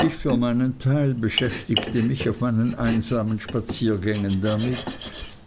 ich für meinen teil beschäftigte mich auf meinen einsamen spaziergängen damit